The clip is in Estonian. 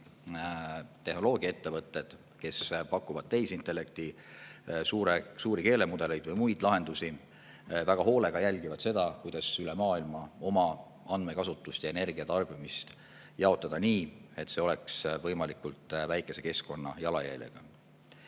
tehnoloogiaettevõtted, kes pakuvad tehisintellekti suuri keelemudeleid või muid lahendusi, väga hoolega jälgivad seda, kuidas üle maailma oma andmekasutust ja energiatarbimist jaotada nii, et see oleks võimalikult väikese keskkonnajalajäljega.